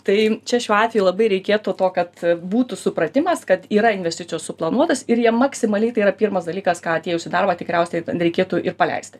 tai čia šiuo atveju labai reikėtų to kad būtų supratimas kad yra investicijos suplanuotas ir jie maksimaliai tai yra pirmas dalykas ką atėjus į darbą tikriausiai reikėtų ir paleisti